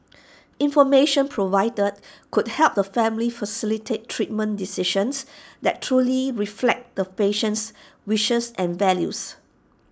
information provided could help the family facilitate treatment decisions that truly reflect the patient's wishes and values